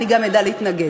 אני גם אדע להתנגד.